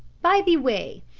by the way,